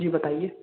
जी बताईए